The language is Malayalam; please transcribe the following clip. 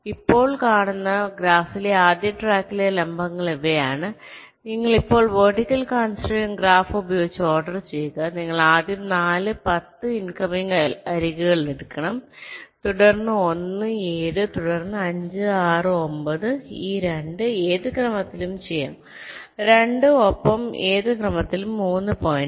നിങ്ങൾ ഇപ്പോൾ കാണുന്ന ഗ്രാഫിലെ ആദ്യ ട്രാക്കിലെ ലംബങ്ങൾ ഇവയാണ് നിങ്ങൾ ഇപ്പോൾ വെർട്ടിക്കൽ കൺസ്ട്രെയിന്റ് ഗ്രാഫ് ഉപയോഗിച്ച് ഓർഡർ ചെയ്യുക നിങ്ങൾ ആദ്യം 4 10 ഇൻകമിംഗ് അരികുകൾ എടുക്കണം തുടർന്ന് 1 7 തുടർന്ന് 5 6 9 ഈ 2 ഏത് ക്രമത്തിലും ചെയ്യാം 2 ഒപ്പം ഏത് ക്രമത്തിലും 3 പോയിന്റ്